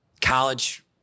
college